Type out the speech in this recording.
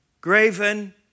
graven